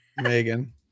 megan